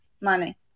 money